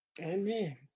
Amen